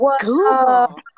Google